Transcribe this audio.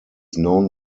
known